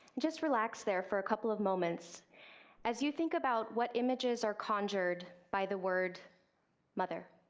just relax there for a couple of moments as you think about what images are conjured by the word mother.